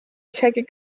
isegi